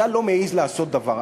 אתה לא מעז לעשות דבר.